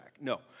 No